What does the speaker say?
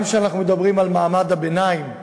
גם כשאנחנו מדברים על מעמד הביניים,